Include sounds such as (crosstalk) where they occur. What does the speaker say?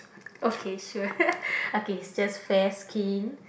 okay sure (laughs) okay it just fair skin